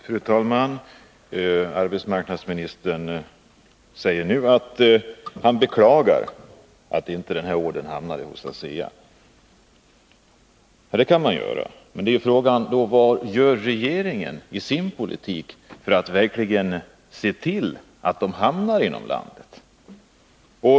Fru talman! Arbetsmarknadsministern beklagar nu att ordern inte hamnade hos ASEA. Ja, det kan man ju göra, men vad gör regeringen i sin politik för att verkligen se till att sådana order hamnar inom landet?